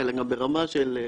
וגם ראובן אליהו.